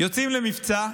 יוצאים למבצע,